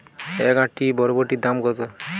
এক আঁটি বরবটির দাম কত?